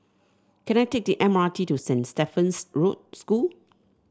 can I take the M R T to Saint Stephen's School